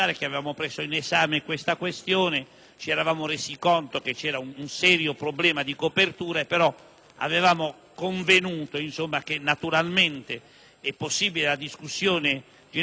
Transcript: ci eravamo resi conto che c'era un serio problema di copertura; pertanto, avevamo convenuto che era possibile procedere alla discussione generale, ma non alla votazione